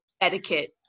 etiquette